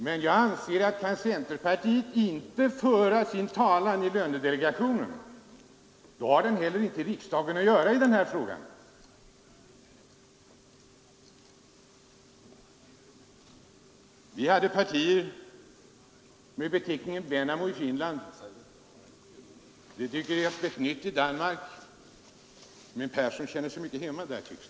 Men jag anser att kan centerpartiet inte föra sin talan i lönedelegationen, skall det heller inte dra upp den här frågan i riksdagen. I Finland finns det Vennamos parti, det har bildats ett nytt parti i Danmark — herr Persson tycks känna sig hemma bland de partierna.